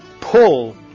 pull